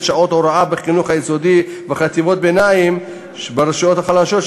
שעות הוראה בחינוך היסודי ובחטיבות הביניים ברשויות החלשות,